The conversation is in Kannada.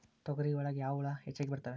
ತೊಗರಿ ಒಳಗ ಯಾವ ಹುಳ ಹೆಚ್ಚಾಗಿ ಬರ್ತವೆ?